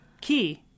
key